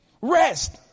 Rest